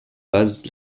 basent